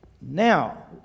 Now